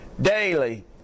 Daily